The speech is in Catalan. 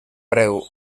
preu